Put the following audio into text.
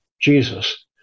Jesus